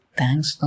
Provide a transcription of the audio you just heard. thanks